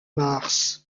mars